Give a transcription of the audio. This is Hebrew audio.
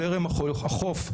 זרם החוף,